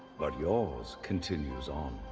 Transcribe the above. but yours continues on.